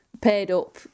paid-up